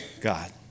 God